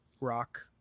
rock